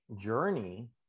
journey